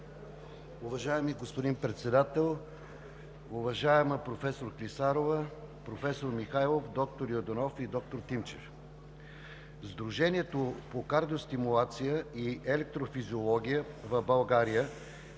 Уважаеми господин Председател, уважаема професор Клисарова, професор Михайлов, доктор Йорданов и доктор Тимчев! Сдружението по кардиостимулация и електрофизиология в България,